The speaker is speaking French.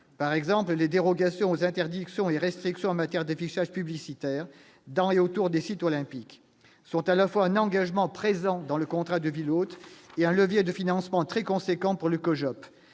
par exemple, les dérogations aux interdictions et restrictions en matière d'affichage publicitaire dans et autour des sites olympiques sont à la fois un engagement présent dans le contrat de ville hôte et un levier de financement très conséquent pour le COJO,